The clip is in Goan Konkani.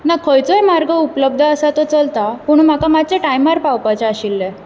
ना खंयचोंय मार्ग उपलब्द आसा तो चलता पूण म्हाका मातशें टायमार पावपाचें आशिल्ले